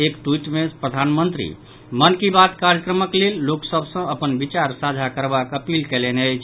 एक ट्वीट मे प्रधानमंत्री मन की बात कार्यक्रमक लेल लोक सभ सॅ अपन विचार साझा करबाक अपील कयलनि अछि